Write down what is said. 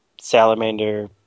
salamander